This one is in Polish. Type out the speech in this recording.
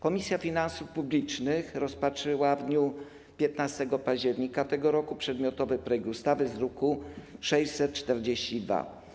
Komisja Finansów Publicznych rozpatrzyła w dniu 15 października tego roku przedmiotowy projekt ustawy z druku nr 642.